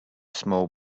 small